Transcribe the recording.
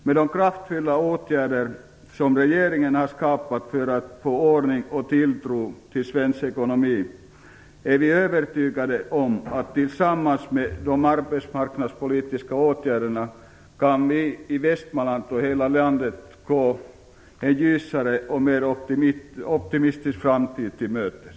Med de kraftfulla åtgärder som regeringen har vidtagit för att få ordning och tilltro till svensk ekonomi och med regeringens arbetsmarknadspolitiska åtgärder är vi övertygade om att vi i Västmanland och hela landet kan gå en ljusare och mer optimistisk framtid till mötes.